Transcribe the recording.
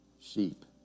sheep